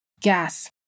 gas